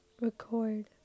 record